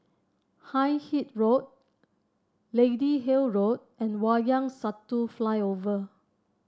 Hindhede Road Lady Hill Road and Wayang Satu Flyover